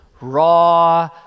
raw